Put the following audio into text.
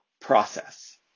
process